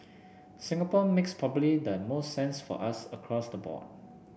Singapore makes probably the most sense for us across the board